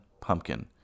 Pumpkin